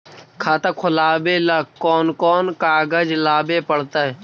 खाता खोलाबे ल कोन कोन कागज लाबे पड़तै?